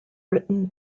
written